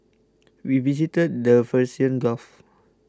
we visited the Persian Gulf